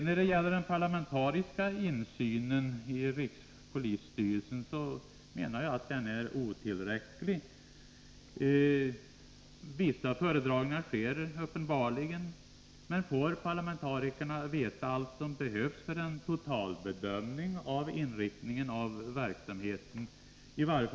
Jag anser att den parlamentariska insynen i rikspolisstyrelsen är otillräcklig. Vissa föredragningar sker uppenbarligen, men får parlamentarikerna veta allt vad som behövs för en totalbedömning av verksamhetens inriktning?